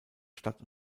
stadt